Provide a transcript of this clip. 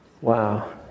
Wow